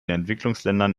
entwicklungsländern